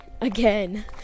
again